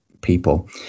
people